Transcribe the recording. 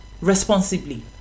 responsibly